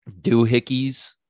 Doohickeys